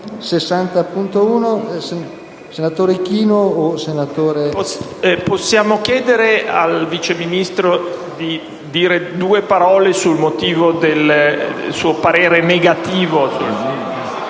Vorrei chiedere al Vice Ministro di dire due parole sul motivo del suo parere negativo